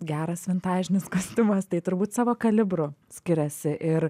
geras vintažinis kostiumas tai turbūt savo kalibru skiriasi ir